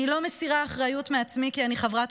אני לא מסירה אחריות מעצמי כי אני חברת